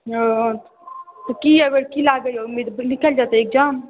हूँ तऽ कि एहिबेर की लागैया उम्मीद निकलि जयतै इक्जाम